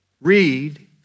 read